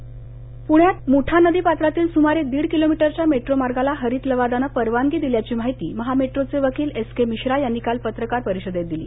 metro प्रण्यात मुठा नदी पत्रातील सुमारे दीड किलोमीटरच्या मेट्रो मार्गाला हरित लवादानं परवानगी दिल्याची माहिती महामेट्रोचे वकील एस के मिश्रा यांनी काल पत्रकार परिषदेत दिली